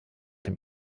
dem